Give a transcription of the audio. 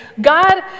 God